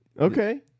Okay